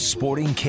Sporting